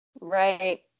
Right